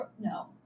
No